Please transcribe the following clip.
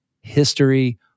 history